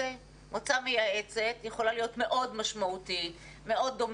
מועצה מייעצת יכולה להיות משמעותית מאוד,